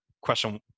question